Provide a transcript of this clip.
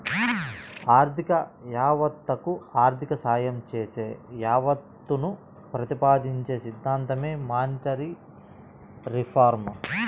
ఆర్థిక యావత్తకు ఆర్థిక సాయం చేసే యావత్తును ప్రతిపాదించే సిద్ధాంతమే మానిటరీ రిఫార్మ్